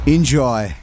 Enjoy